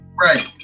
Right